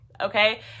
okay